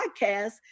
podcast